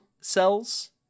cells